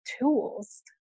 tools